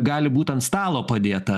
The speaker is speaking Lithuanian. gali būt ant stalo padėta